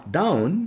down